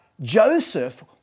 Joseph